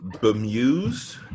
bemused